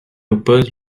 oppose